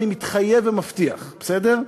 אני מתחייב ומבטיח, בסדר?